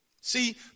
See